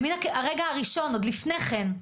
למין הרגע הראשון, עוד לפני כן,